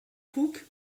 cook